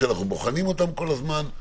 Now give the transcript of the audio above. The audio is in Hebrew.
שאנחנו בוחנים אותן כל הזמן.